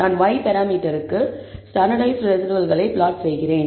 நான் y பராமீட்டருக்கு standardized ரெஸிடுவல்களை பிளாட் செய்கிறேன்